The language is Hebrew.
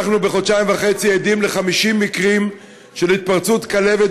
בחודשיים וחצי אנחנו עדים ל-50 מקרים של התפרצות כלבת,